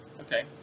okay